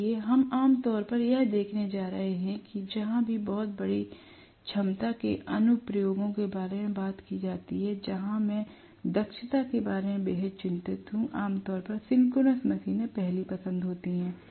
इसलिए हम आम तौर पर यह देखने जा रहे हैं कि जहां भी बहुत बड़ी क्षमता के अनुप्रयोगों के बारे में बात की जाती है जहां मैं दक्षता के बारे में बेहद चिंतित हूं आमतौर पर सिंक्रोनस मशीनें पहली पसंद होती हैं